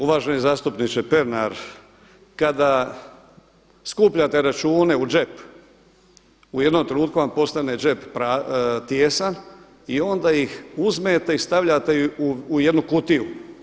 Uvaženi zastupniče Pernar, kada skupljate račune u džep u jednom trenutku vam postane džep tijesan i onda ih uzmete i stavljate ih u jednu kutiju.